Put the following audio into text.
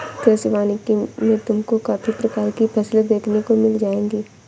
कृषि वानिकी में तुमको काफी प्रकार की फसलें देखने को मिल जाएंगी